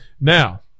Now